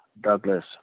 Douglas